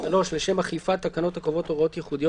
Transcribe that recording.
(3)לשם אכיפת תקנות הקובעות הוראות ייחודיות